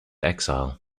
exile